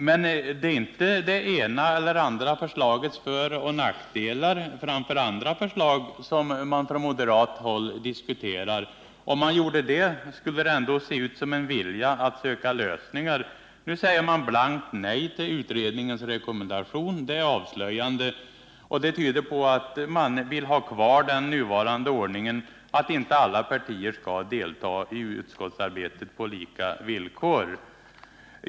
Men det är inte det ena eller det andra förslagets föroch nackdelar i förhållande till andra förslag som man från moderat håll diskuterar. Om man gjorde det, skulle det ändå se ut som en vilja att söka lösningar. Nu säger man blankt nej till utredningens rekommendation. Det är avslöjande och tyder på att man vill ha kvar den nuvarande ordningen att inte alla partier skall delta i utskottsarbetet på lika villkor.